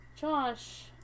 Josh